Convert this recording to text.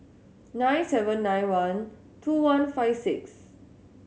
nine seven nine one two one five six